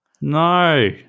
no